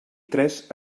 tres